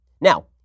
Now